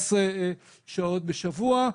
שעות בשבוע,